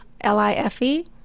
L-I-F-E